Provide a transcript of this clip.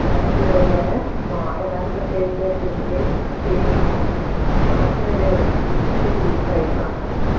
നല്ല good boy ആണ് എന്നാലും പ്രത്യേകിച്ച് എസ്പെഷ്യലി പിന്നെ മാത്സിൽ ഒരു ഇത്തിരി വീക്ക് ആയിട്ട് കാണുന്നുണ്ട് അവനെ